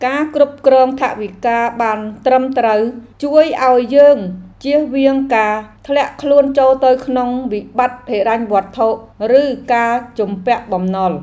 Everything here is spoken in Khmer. ការគ្រប់គ្រងថវិកាបានត្រឹមត្រូវ ជួយឱ្យយើងជៀសវាងការធ្លាក់ខ្លួនចូលទៅក្នុងវិបត្តិហិរញ្ញវត្ថុ ឬការជំពាក់បំណុល។